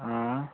अँ